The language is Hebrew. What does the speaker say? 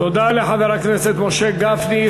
תודה לחבר הכנסת משה גפני.